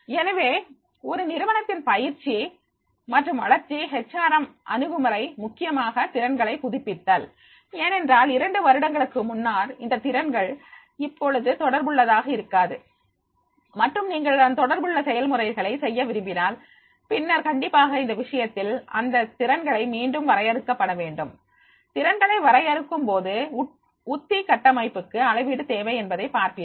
எனவே ஒரு நிறுவனத்தின் பயிற்சி மற்றும் வளர்ச்சி ஹெச் ஆர் எம் அணுகுமுறை முக்கியமாக திறன்களை புதுப்பித்தல் ஏனென்றால் இரண்டு வருடங்களுக்கு முன்னால் இந்தத் திறன்கள் இப்பொழுது தொடர்புள்ளதாக இருக்காது மற்றும் நீங்கள் இந்த தொடர்புள்ள செயல்முறைகளை செய்ய விரும்பினால் பின்னர் கண்டிப்பாக இந்த விஷயத்தில் அந்த திறன்களை மீண்டும் வரையறுக்கப்பட வேண்டும் திறன்களை வரையறுக்கும்போது உத்தி கட்டமைப்புக்கு அளவீடு தேவை என்பதை பார்ப்பீர்கள்